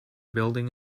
building